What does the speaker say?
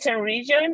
region